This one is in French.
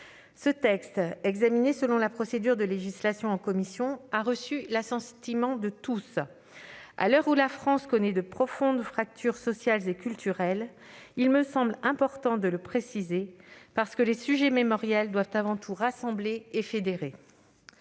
Ce texte, examiné selon la procédure de législation en commission, a reçu l'assentiment de tous. À l'heure où la France connaît de profondes fractures sociales et culturelles, il me semble important de le préciser parce que les sujets mémoriels doivent avant tout rassembler et fédérer.